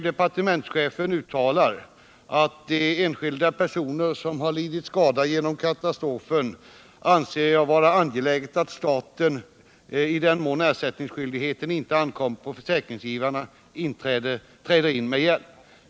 Departementschefen uttalar i propositionen: ”Vad gäller de enskilda personer som har lidit skada genom katastrofen anser jag vara angeläget att staten — i den mån ersättningsskyldighet inte ankommer på försäkringsgivarna — träder in med hjälp.